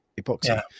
epoxy